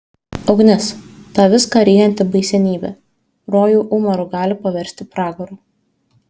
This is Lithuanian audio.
ugnis ta viską ryjanti baisenybė rojų umaru gali paversti pragaru